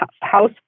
house